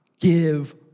give